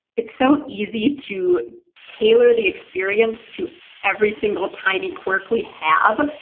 it's so easy to tailor the experience to every single tiny quirk we have.